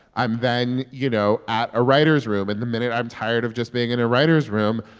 i'm then, you know, at a writer's room. and the minute i'm tired of just being in a writer's room,